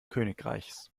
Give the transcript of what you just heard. königreichs